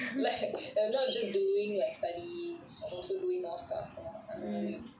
like not just doing like studying also doing more stuff lah அந்த மாதிரி:antha maathiri